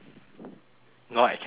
no I can hear you laughing